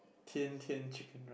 Tian-Tian chicken